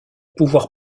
pouvoir